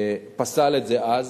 פסל את זה אז.